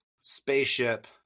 Spaceship